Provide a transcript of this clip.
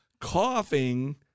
Coughing